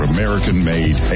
American-made